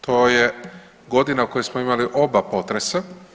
To je godina u kojoj smo imali oba potresa.